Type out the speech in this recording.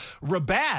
Rabat